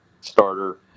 starter